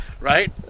Right